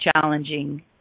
challenging